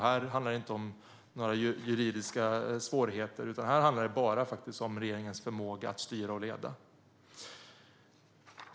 Här handlar det inte om några juridiska svårigheter, utan här handlar det faktiskt bara om regeringens förmåga att styra och leda.